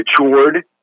matured